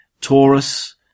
Taurus